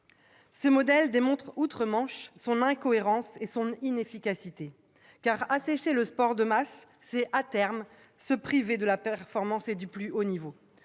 Ce modèle démontre outre-Manche son incohérence et son inefficacité. En effet, assécher le sport de masse, c'est, à terme, se priver de la performance et du plus haut niveau.